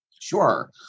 Sure